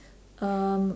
um